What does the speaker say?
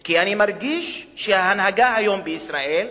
כי אני מרגיש שההנהגה היום בישראל,